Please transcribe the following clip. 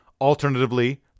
Alternatively